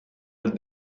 het